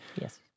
Yes